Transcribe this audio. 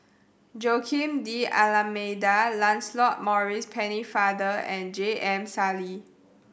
Joaquim D'Almeida Lancelot Maurice Pennefather and J M Sali